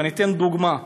ואתן דוגמה.